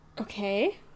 Okay